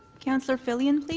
councillor filion, like